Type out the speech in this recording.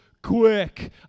Quick